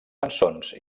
cançons